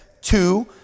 two